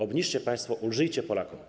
Obniżcie ją państwo, ulżyjcie Polakom.